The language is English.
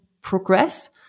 progress